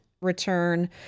return